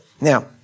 now